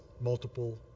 multiple